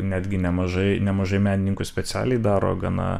netgi nemažai nemažai menininkų specialiai daro gana